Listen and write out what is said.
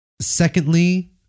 Secondly